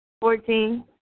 Fourteen